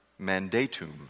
mandatum